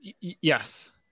Yes